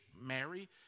Mary